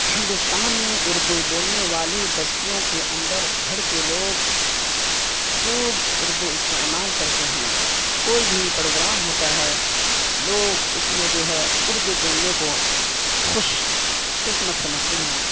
ہندوستان میں اردو بولنے والی بستیوں کے اندر گھر کے لوگ خوب اردو استعمال کرتے ہیں کوئی بھی پروگرام ہوتا ہے لوگ اس میں جو ہے اردو بولنے کو خوش قسمت سمجھتے ہیں